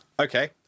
Okay